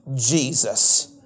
Jesus